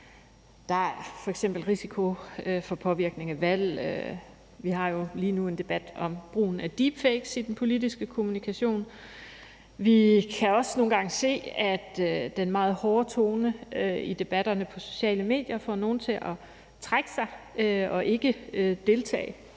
Der er f.eks. risiko for påvirkning af valg. Vi har jo lige nu en debat om brugen af deepfakes i den politiske kommunikation. Vi kan også nogle gange se, at den meget hårde tone i debatterne på sociale medier får nogle til at trække sig og ikke deltage,